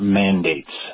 mandates